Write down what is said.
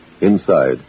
Inside